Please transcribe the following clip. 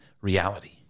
reality